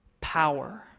power